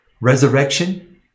resurrection